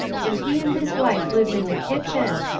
and he and his wife lived in the kitchen,